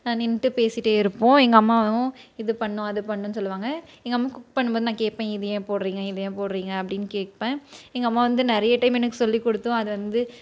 நின்றுட்டு பேசிகிட்டே இருப்போம் எங்கள் அம்மாவும் இது பண்ணும் அது பண்ணும் சொல்லுவாங்க எங்கள் அம்மா குக் பண்ணும்போது நான் கேட்பேன் இது ஏன் போடுகிறிங்க இது ஏன் போடுகிறிங்க அப்படின்னு கேட்பேன் எங்கள் அம்மா வந்து நிறைய டைம் எனக்கு சொல்லி கொடுத்தும் அது வந்து